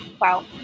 wow